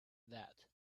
that